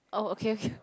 oh okay okay